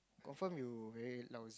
often you very lousy